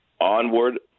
Onward